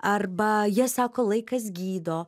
arba jie sako laikas gydo